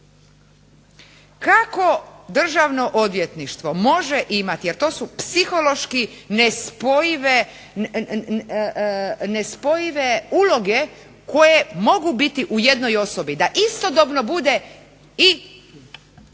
Kako Državno odvjetništvo može imati a to su psihološki nespojive uloge koje mogu biti u jednoj osobi, da istodobno bude i